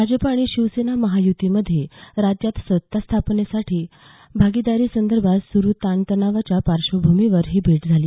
भाजप आणि शिवसेना महायुतीमध्ये राज्यात सत्तास्थापनेतील भागीदारीसंदर्भात सुरू ताण तणावाच्या पार्श्वभूमीवर ही भेट झाली